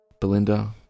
Belinda